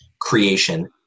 creation